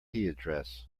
address